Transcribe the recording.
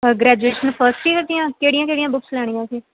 ਹੋਰ graduation first year ਦੀਆਂ ਕਿਹੜੀਆਂ ਕਿਹੜੀਆਂ ਬੁੱਕਸ ਲੈਣੀਆਂ ਸੀ